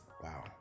Wow